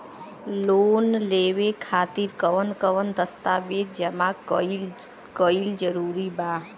Loan लेवे खातिर कवन कवन दस्तावेज जमा कइल जरूरी बा?